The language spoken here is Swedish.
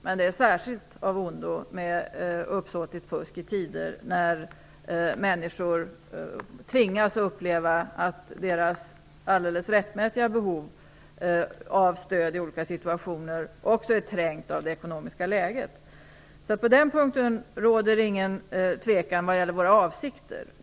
Men uppsåtligt fusk är särskilt av ondo i tider då människor tvingas uppleva att deras alldeles rättmätiga behov av stöd i olika situationer är trängt av det ekonomiska läget. Så det råder ingen tvekan vad gäller våra avsikter.